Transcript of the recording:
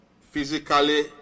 physically